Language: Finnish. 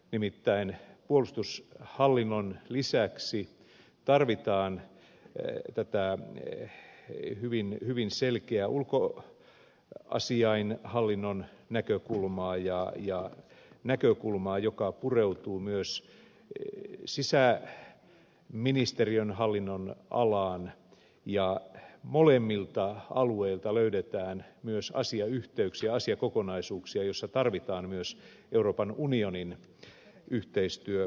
nimittäin puolustushallinnon lisäksi tarvitaan tätä hyvin selkeää ulkoasiainhallinnon näkökulmaa ja näkökulmaa joka pureutuu myös sisäministeriön hallinnonalaan ja molemmilta alueilta löydetään myös asiayhteyksiä asiakokonaisuuksia joissa tarvitaan myös euroopan unionin yhteistyökokonaisuutta